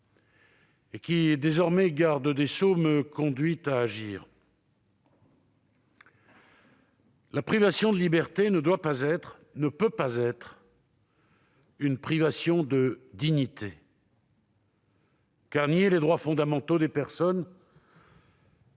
conduit, désormais garde des sceaux, à agir : la privation de liberté ne doit pas être, ne peut pas être, une privation de dignité. Car nier les droits fondamentaux des personnes